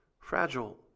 Fragile